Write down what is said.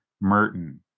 Merton